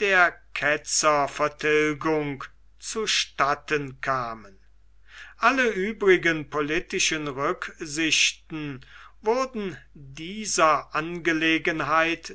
der ketzervertilgung zu statten kamen alle übrigen politischen rücksichten wurden dieser angelegenheit